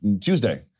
Tuesday